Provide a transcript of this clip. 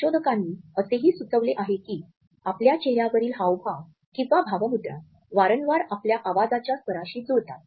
संशोधकांनी असेही सुचवले आहे की आपल्या चेहर्यावरील हावभाव किंवा भावमुद्र वारंवार आपल्या आवाजाच्या स्वराशी जुळतात